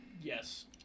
yes